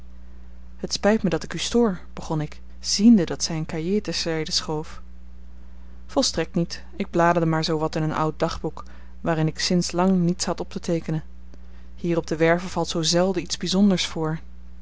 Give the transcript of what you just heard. het spijt mij dat ik u stoor begon ik ziende dat zij een cahier ter zijde schoof volstrekt niet ik bladerde maar zoo wat in een oud dagboek waarin ik sinds lang niets had op te teekenen hier op de werve valt zoo zelden iets bijzonders voor